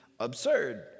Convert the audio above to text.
Absurd